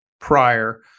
prior